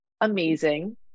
amazing